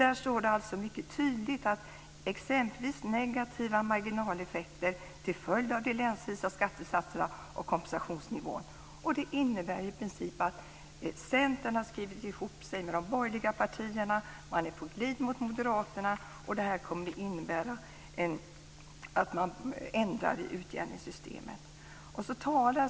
Där står det mycket tydligt om "exempelvis negativa marginaleffekter till följd av de länsvisa skattesatserna och kompensationsgradens nivå". I princip innebär det att Centern har skrivit ihop sig med de borgerliga partierna. Man är på glid mot Moderaterna. Det här kommer att innebära att man ändrar i utjämningssystemet.